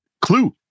Clue